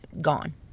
gone